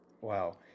Wow